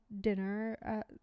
dinner